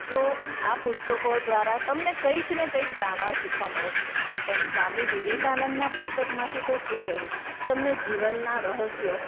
જો આ પુસ્તકો દ્વારા તમને કંઈક ને કંઈક જાણવા શીખવા મળે છે પણ સ્વામી વિવેકાનંદના પુસ્તકમાંથી તો શું કેવું તમને જીવનના રહસ્યો